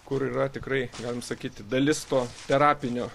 kur yra tikrai galim sakyti dalis to terapinio